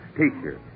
teacher